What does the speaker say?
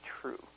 true